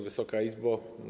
Wysoka Izbo!